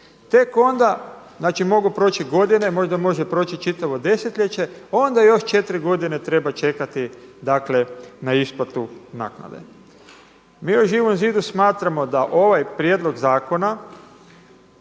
tek onda znači mogu proći godine, možda može proći čitavo desetljeće onda još 4 godine treba čekati dakle na isplatu naknade. Mi u Živom zidu smatramo da ovaj prijedlog zakona